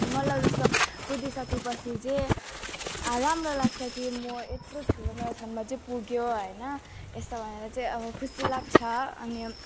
मलाई जस्तो कुदिसकेपछि चाहिँ आ राम्रो लाग्छ कि म यत्रो ठुलो म्याराथनमा चाहिँ पुगियो होइन यस्तो भनेर चाहिँ अब खुसी लाग्छ अनि